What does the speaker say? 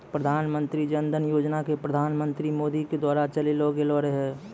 प्रधानमन्त्री जन धन योजना के प्रधानमन्त्री मोदी के द्वारा चलैलो गेलो रहै